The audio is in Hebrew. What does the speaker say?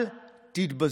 אל תתבזו.